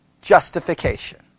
justification